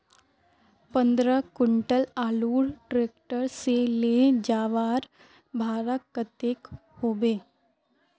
पंद्रह कुंटल आलूर ट्रैक्टर से ले जवार भाड़ा कतेक होबे?